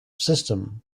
system